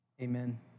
amen